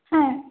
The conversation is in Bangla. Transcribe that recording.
হ্যাঁ